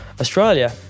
Australia